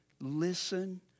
listen